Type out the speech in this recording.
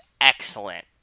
excellent